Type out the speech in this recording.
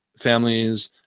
families